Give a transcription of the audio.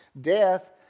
Death